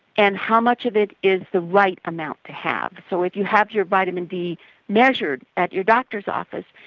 and how much of it is the right amount to have. so if you have your vitamin d measured at your doctor's office,